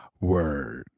word